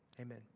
Amen